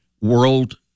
world